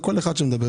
זה קול אחד שמדבר.